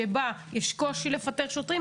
שבה יש קושי לפטר שוטרים,